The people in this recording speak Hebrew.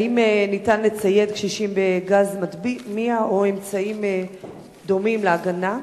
האם ניתן לצייד קשישים בגז מדמיע או באמצעים דומים להגנה?